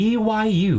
B-Y-U